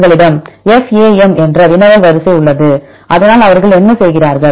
எங்களிடம் FAM என்ற வினவல் வரிசை உள்ளது அதனால் அவர்கள் என்ன செய்கிறார்கள்